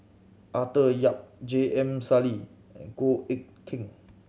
Arthur Yap J M Sali and Goh Eck Kheng